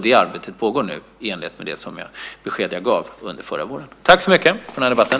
Det arbetet pågår nu i enlighet med det besked jag gav under förra våren. Tack så mycket för den här debatten!